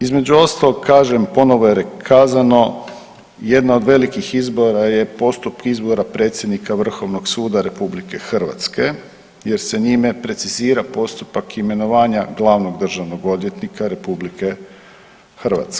Između ostalog kažem ponovno je kazano jedna od velikih izbora je postupak izbora predsjednika Vrhovnog suda RH jer se njime precizira postupak imenovanja glavnog državnog odvjetnika RH.